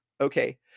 okay